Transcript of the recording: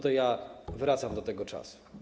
To ja wracam do tego czasu.